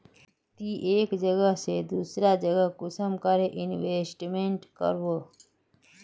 ती एक जगह से दूसरा जगह कुंसम करे इन्वेस्टमेंट करबो?